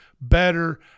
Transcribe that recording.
better